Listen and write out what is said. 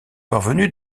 parvenus